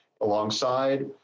alongside